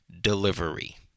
Delivery